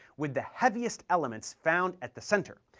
with the heaviest elements found at the center,